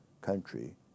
country